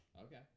okay